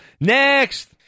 Next